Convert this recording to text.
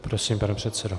Prosím, pane předsedo.